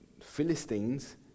Philistines